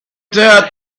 doubt